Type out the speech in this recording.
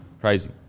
Crazy